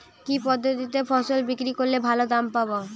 কি পদ্ধতিতে ফসল বিক্রি করলে ভালো দাম পাব?